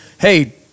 hey